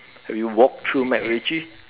have you walked through Macritchie